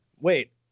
wait